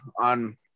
on